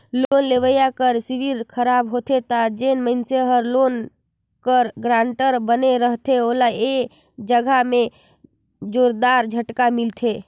loan लेवइया कर CIBIL खराब होथे ता जेन मइनसे हर लोन कर गारंटर बने रहथे ओला ए जगहा में जोरदार झटका मिलथे